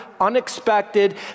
unexpected